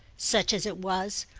such as it was,